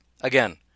Again